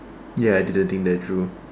ya I didn't think that through